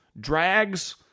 drags